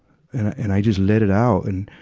and i just let it out. and,